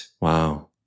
Wow